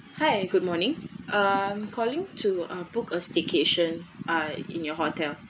hi good morning I'm calling to uh book a staycation uh in your hotel